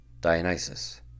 Dionysus